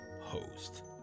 host